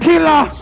Killer